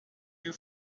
you